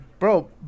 Bro